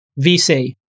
VC